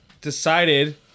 decided